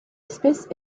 espèce